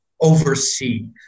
oversee